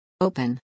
open